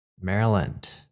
Maryland